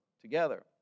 together